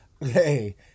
hey